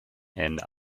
and